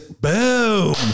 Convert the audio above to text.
boom